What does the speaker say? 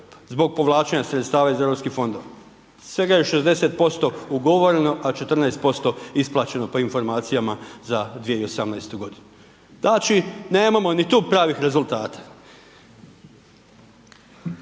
zbog povlačenja sredstava iz Europskih fondova. Svega je 60% ugovoreno, a 14% isplaćeno po informacijama za 2018. godinu. Znači nemamo ni tu pravih rezultata.